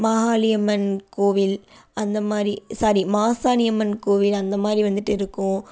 மாகாளி அம்மன் கோவில் அந்த மாதிரி சாரி மாசாணி அம்மன் கோவில் அந்தமாதிரி வந்துட்டு இருக்கும்